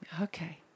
Okay